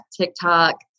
TikTok